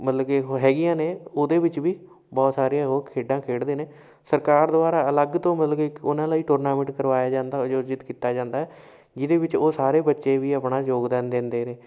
ਮਤਲਬ ਕਿ ਹੈਗੀਆਂ ਨੇ ਉਹਦੇ ਵਿੱਚ ਵੀ ਬਹੁਤ ਸਾਰੀਆਂ ਉਹ ਖੇਡਾਂ ਖੇਡਦੇ ਨੇ ਸਰਕਾਰ ਦੁਆਰਾ ਅਲੱਗ ਤੋਂ ਮਤਲਬ ਕਿ ਇੱਕ ਉਹਨਾਂ ਲਈ ਟੂਰਨਾਮੈਂਟ ਕਰਵਾਇਆ ਜਾਂਦਾ ਆਯੋਜਿਤ ਕੀਤਾ ਜਾਂਦਾ ਜਿਹਦੇ ਵਿੱਚ ਉਹ ਸਾਰੇ ਬੱਚੇ ਵੀ ਆਪਣਾ ਯੋਗਦਾਨ ਦਿੰਦੇ ਨੇ